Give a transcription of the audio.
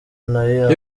nayo